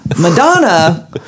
Madonna